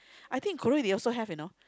I think Korea they also have you know